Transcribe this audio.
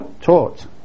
taught